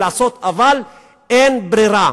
אבל אין ברירה,